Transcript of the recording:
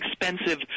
expensive